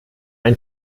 ein